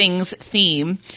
theme